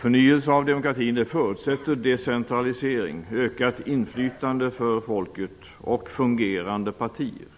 Förnyelse av demokratin förutsätter decentralisering, ökat inflytande för folket och fungerande partier.